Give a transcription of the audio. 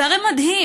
זה הרי מדהים.